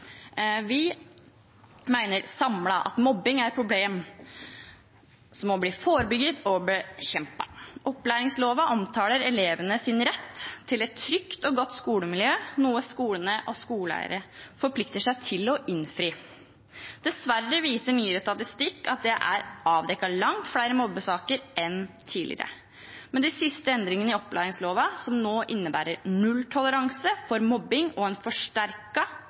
vi at mobbing er et problem som må forebygges og bekjempes. Opplæringsloven omtaler elevenes rett til et trygt og godt skolemiljø, noe skolene og skoleeiere forplikter seg til å innfri. Dessverre viser nyere statistikk at det er avdekket langt flere mobbesaker enn tidligere. Med de siste endringene i opplæringsloven, som nå innebærer nulltoleranse for mobbing og en